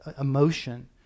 emotion